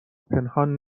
پنهان